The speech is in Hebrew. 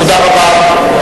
תודה רבה.